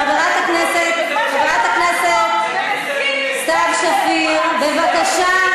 חברת הכנסת סתיו שפיר, בבקשה.